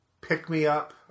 pick-me-up